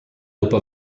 dopo